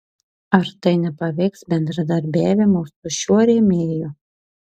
ar tai nepaveiks bendradarbiavimo su šiuo rėmėju